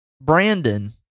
Brandon